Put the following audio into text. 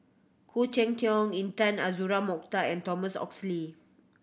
Khoo Cheng Tiong Intan Azura Mokhtar and Thomas Oxley